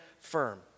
firm